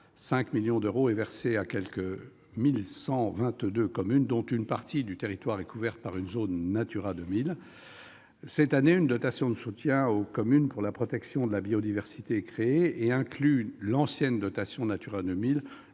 5 millions d'euros est versée à 1 122 communes dont une partie du territoire est couverte par une zone Natura 2000. Cette année, une dotation de soutien aux communes pour la protection de la biodiversité est créée. Elle inclut l'ancienne dotation Natura 2000